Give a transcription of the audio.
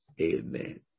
Amen